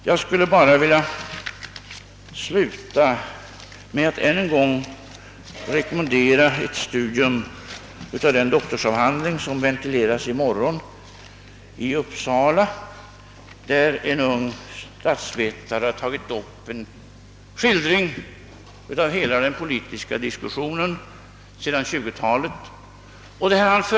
Jag skulle vilja sluta med att ännu en gång rekommendera ett studium av den doktorsavhandling som i morgon ventileras i Uppsala. Det är en ung statsvetare som har gjort en skildring av hela den politiska diskussionen sedan 1920-talet.